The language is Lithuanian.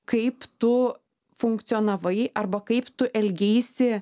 kaip tu funkcionavai arba kaip tu elgeisi